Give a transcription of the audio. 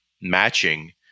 matching